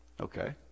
Okay